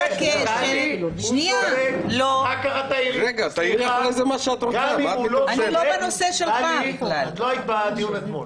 אני מבקשת ----- טלי, את לא היית בדיון אתמול.